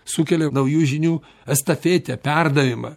sukelia naujų žinių estafetę perdavimą